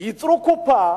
יצרו קופה,